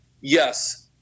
yes